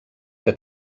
que